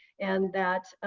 and that,